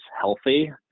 healthy